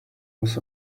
was